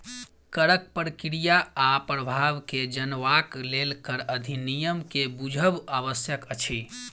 करक प्रक्रिया आ प्रभाव के जनबाक लेल कर अधिनियम के बुझब आवश्यक अछि